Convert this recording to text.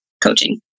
coaching